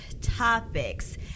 Topics